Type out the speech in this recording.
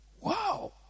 Wow